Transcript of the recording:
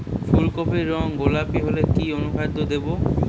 ফুল কপির রং গোলাপী হলে কি অনুখাদ্য দেবো?